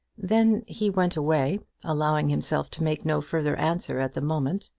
then he went away, allowing himself to make no further answer at the moment,